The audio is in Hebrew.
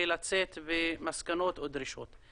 ולצאת עם מסקנות או דרישות.